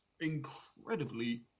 incredibly